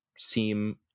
seem